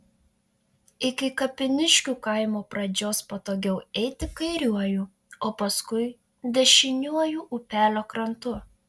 iki kapiniškių kaimo pradžios patogiau eiti kairiuoju o paskui dešiniuoju upelio krantu